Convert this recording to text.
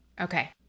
Okay